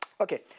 Okay